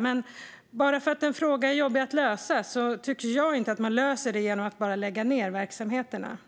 Men bara för att en fråga är jobbig att lösa tycker jag inte att man kan lösa den med att bara lägga ned verksamheterna.